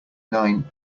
nine